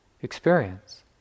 experience